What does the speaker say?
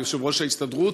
יושב-ראש ההסתדרות,